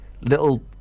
little